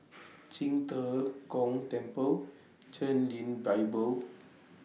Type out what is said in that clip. Qing De Gong Temple Chen Lien Bible